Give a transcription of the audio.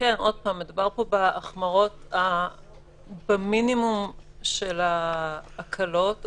מדובר פה במינימום של ההקלות,